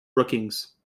brookings